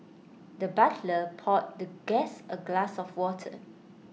the butler poured the guest A glass of water